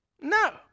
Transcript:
No